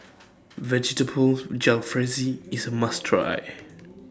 Vegetable Jalfrezi IS A must Try